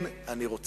כן, אני רוצה.